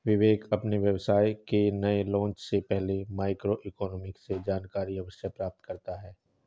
विवेक अपने व्यवसाय के नए लॉन्च से पहले माइक्रो इकोनॉमिक्स से जानकारी अवश्य प्राप्त करता है